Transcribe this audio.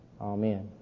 Amen